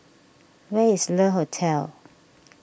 where is Le Hotel